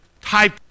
type